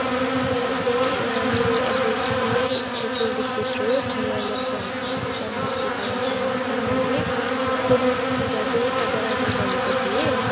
यहाँबाट चाहिँ मेरो एड्रेस चाहिँ H L Dikshit road near Lepcha hostel Bom Basti कालेम्पोङमा चाहिँ मैले डोमिनोस पिज्जा चाहिँ आज अर्डर गरेको थिएँ